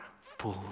fully